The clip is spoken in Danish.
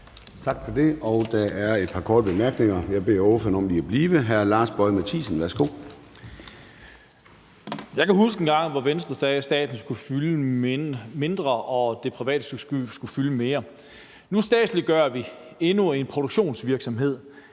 Tak for det. Der er et par korte bemærkninger. Jeg beder ordføreren om lige at blive. Hr. Lars Boje Mathiesen, værsgo. Kl. 10:13 Lars Boje Mathiesen (UFG): Jeg kan huske engang, hvor Venstre sagde, at staten skulle fylde mindre, og at det private skulle fylde mere. Nu statsliggør vi endnu en produktionsvirksomhed,